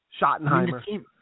Schottenheimer